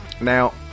Now